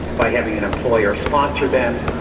by having an employer sponsor them,